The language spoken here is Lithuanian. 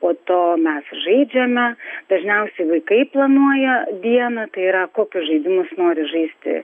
po to mes žaidžiame dažniausiai vaikai planuoja dieną tai yra kokius žaidimus nori žaisti